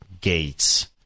Gates